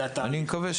זה התהליך.